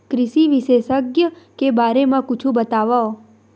कृषि विशेषज्ञ के बारे मा कुछु बतावव?